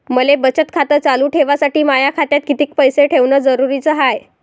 मले बचत खातं चालू ठेवासाठी माया खात्यात कितीक पैसे ठेवण जरुरीच हाय?